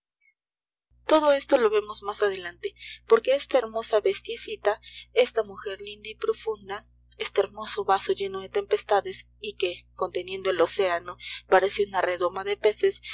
todo esto lo vemos más adelante porque esta hermosa bestiecita esta mujer linda y profunda este hermoso vaso lleno de tempestades y que conteniendo el océano parece una redoma de peces